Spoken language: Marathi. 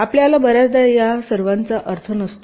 आपल्याला बर्याचदा त्या सर्वांचा अर्थ नसतो